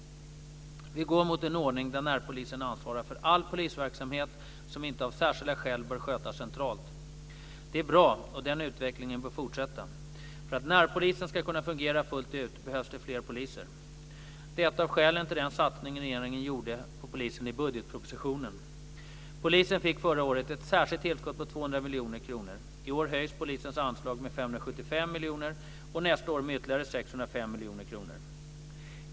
Vi går mot en ordning där närpolisen ansvarar för all polisverksamhet som inte av särskilda skäl bör skötas centralt. Det är bra och den utvecklingen bör fortsätta. För att närpolisen ska kunna fungera fullt ut behövs det fler poliser. Det är ett av skälen till den satsning regeringen gjorde på polisen i budgetpropositionen. Polisen fick förra året ett särskilt tillskott på 200 miljoner kronor. I år höjs polisens anslag med 575 miljoner och nästa år med ytterligare 605 miljoner kronor.